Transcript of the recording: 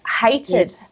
hated